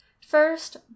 First